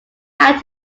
had